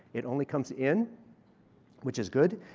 it only comes in which is good.